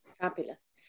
Fabulous